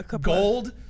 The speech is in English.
gold